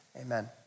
amen